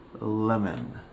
lemon